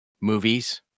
movies